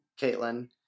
Caitlin